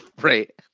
Right